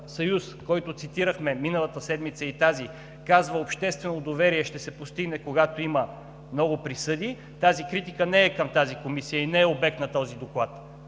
съюз, който цитирахме миналата и тази седмица, казва: „Обществено доверие ще се постигне, когато има много присъди“, тази критика не е към тази комисия и не е обект на този доклад.